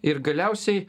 ir galiausiai